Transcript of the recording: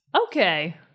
Okay